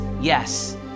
Yes